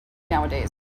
nowadays